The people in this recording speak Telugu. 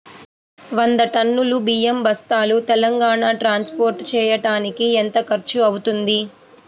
వంద టన్నులు బియ్యం బస్తాలు తెలంగాణ ట్రాస్పోర్ట్ చేయటానికి కి ఎంత ఖర్చు అవుతుంది?